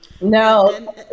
no